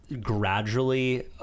Gradually